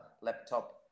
laptop